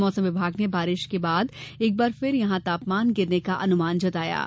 मौसम विभाग ने बारिश के बाद एक बार फिर यहां तापमान गिरने का अनुमान जताया है